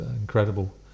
incredible